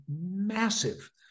massive